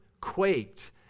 quaked